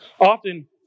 Often